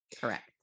Correct